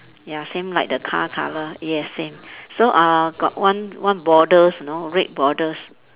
ya same like the car colour yes same so uh got one one borders you know red borders